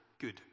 Good